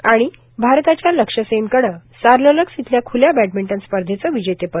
आणि भारताच्या लक्ष सेननं सार्लोलक्स इथल्या खुल्या बॅडमिंटन स्पर्धेचं विजेतेपद